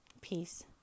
peace